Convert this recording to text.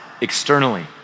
externally